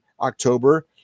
October